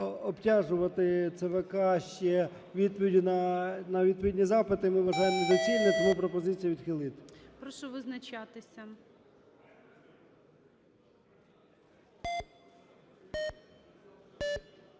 обтяжувати ЦВК це відповіддю на відповідні запити ми вважаємо недоцільно. Тому пропозиція відхилити. ГОЛОВУЮЧИЙ. Прошу визначатися.